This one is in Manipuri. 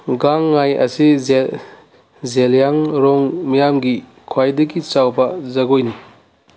ꯒꯥ ꯉꯥꯏ ꯑꯁꯤ ꯖꯦꯂꯤꯌꯥꯡꯔꯣꯡ ꯃꯤꯌꯥꯝꯒꯤ ꯈ꯭ꯋꯥꯏꯗꯒꯤ ꯆꯥꯎꯕ ꯖꯒꯣꯏꯅꯤ